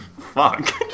Fuck